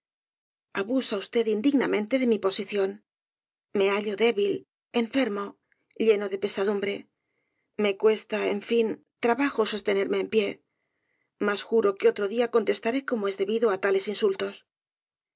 abusa usted indignamente de mi posición me hallo débil enfermo lleno de pesadumbre me cuesta en fin trabajo sostenerme en pie mas juro que otro día contestaré como es debido á tales insultos